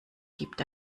gibt